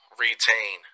retain